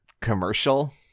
commercial